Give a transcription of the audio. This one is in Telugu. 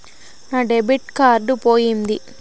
నా డెబిట్ కార్డు పోయింది